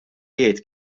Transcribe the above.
jgħid